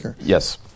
Yes